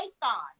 python